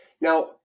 Now